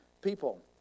people